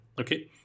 okay